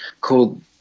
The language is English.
called